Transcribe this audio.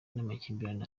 n’amakimbirane